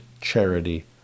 charity